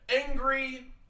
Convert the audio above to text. Angry